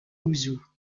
ouzou